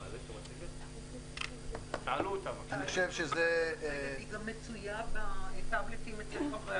אני חושב שגם הפיקוח על הבנקים,